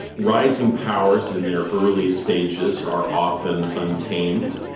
rising powers in their early stages are often untamed,